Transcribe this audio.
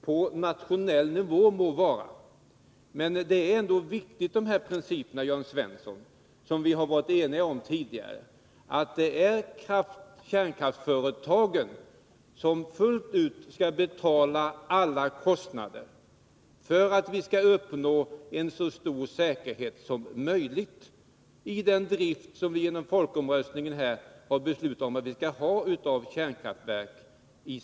Må så vara att det är på nationell nivå, Jörn Svensson, men de principer som vi har enats om tidigare är ändå viktiga, och de innebär att det är kärnkraftsföretagen som fullt ut skall betala alla kostnader för att vi skall uppnå en så stor säkerhet som möjligt i driften av de kärnkraftverk som vi i folkomröstningen har beslutat att vi skall ha i Sverige.